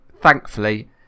thankfully